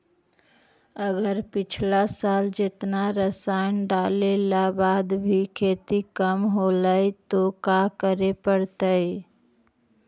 अगर पिछला साल जेतना रासायन डालेला बाद भी खेती कम होलइ तो का करे पड़तई?